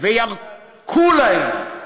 וירקו להם רע,